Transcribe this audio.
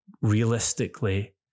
realistically